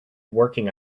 working